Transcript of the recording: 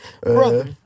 brother